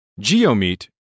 GeoMeet